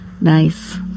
nice